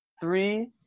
three